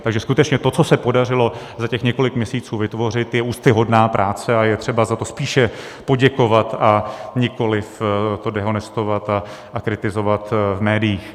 Takže skutečně to, co se podařilo za několik měsíců vytvořit, je úctyhodná práce a je třeba za to spíše poděkovat, a nikoli to dehonestovat a kritizovat v médiích.